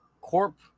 corp